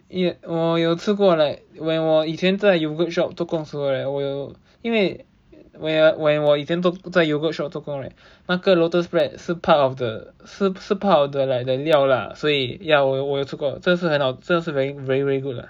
ya 我有吃过 like when 我以前在 yogurt shop 做工时我有因为 where where when 我以前做在 yogurt shop 做工 right 那个 lotus spread 是 part of the 是是 part of the like the 料啦所以 ya 我有我有吃过真的是很好 very very good